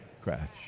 crash